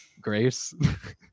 grace